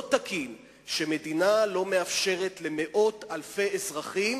לא תקין שמדינה לא מאפשרת למאות אלפי אזרחים